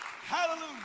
Hallelujah